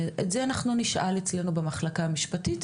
את זה אנחנו אצלינו המחלקה המשפטית,